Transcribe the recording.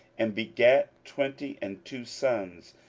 and begat twenty and two sons,